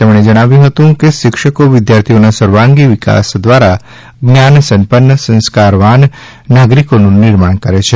તેમણે જણાવ્યું હતું કે શિક્ષકો વિદ્યાર્થીના સર્વાંગી વિકાસ દ્વારા જ્ઞાન સંપન્ન સંસ્કારવાન નાગરિકોનું નિર્માણ કરે છે